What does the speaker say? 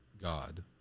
God